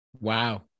Wow